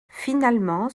finalement